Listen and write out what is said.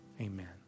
amen